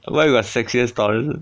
why you got sexiest taurus